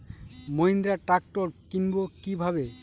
Mahindra tractor কিনবো কি ভাবে?